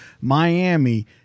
Miami